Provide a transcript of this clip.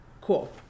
cool